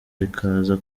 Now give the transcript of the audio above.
rikaza